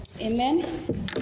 Amen